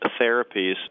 therapies